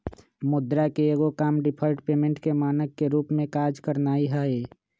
मुद्रा के एगो काम डिफर्ड पेमेंट के मानक के रूप में काज करनाइ हइ